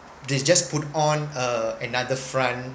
they just put on a another front